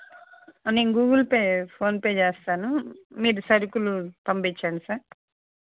నేను Google Pay PhonePe చేస్తాను మీరు సరుకులు పంపించండి సార్